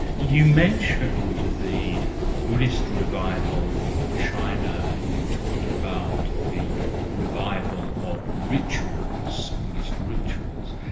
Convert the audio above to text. you mentioned the buddhist revival in china and you talked about the revival of rituals, buddhist rituals.